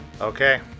okay